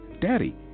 Daddy